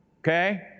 Okay